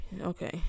Okay